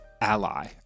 ally